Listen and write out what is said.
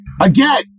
Again